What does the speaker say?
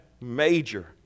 major